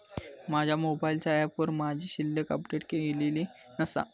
माझ्या मोबाईलच्या ऍपवर माझी शिल्लक अपडेट केलेली नसा